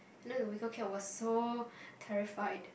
and then the weaker cat was so terrified